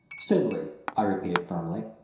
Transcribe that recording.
sidley, i repeated firmly.